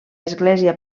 església